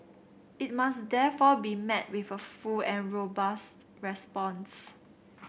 it must therefore be met with a full and robust response